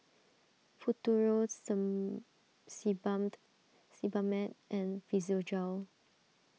Futuro Sebamed and Physiogel